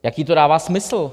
Jaký to dává smysl?